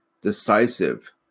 decisive